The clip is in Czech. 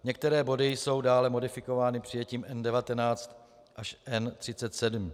Některé body jsou dále modifikovány přijetím N19 až N37.